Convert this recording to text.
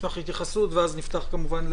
נשמח להתייחסות, ואז נפתח את הדיון כמובן.